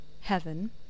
Heaven